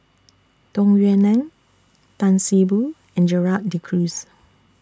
Tung Yue Nang Tan See Boo and Gerald De Cruz